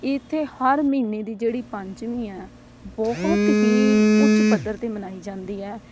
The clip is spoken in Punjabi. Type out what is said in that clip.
ਇੱਥੇ ਹਰ ਮਹੀਨੇ ਦੀ ਜਿਹੜੀ ਪੰਚਮੀ ਹੈ ਬਹੁਤ ਹੀ ਉੱਚ ਪੱਧਰ 'ਤੇ ਮਨਾਈ ਜਾਂਦੀ ਹੈ